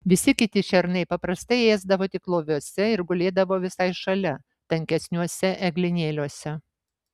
visi kiti šernai paprastai ėsdavo tik loviuose ir gulėdavo visai šalia tankesniuose eglynėliuose